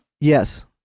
Yes